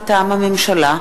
מטעם הממשלה: